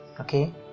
Okay